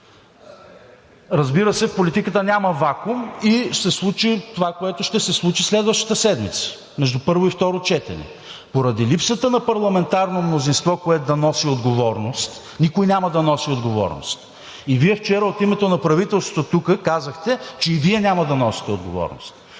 Разбира се, в политиката няма вакуум и ще се случи това, което ще се случи следващата седмица между първо и второ четене. Поради липсата на парламентарно мнозинство, което да носи отговорност – никой няма да носи отговорност! И Вие вчера тук от името на правителството казахте, че и Вие няма да носите отговорност.